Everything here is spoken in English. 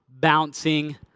Bouncing